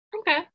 okay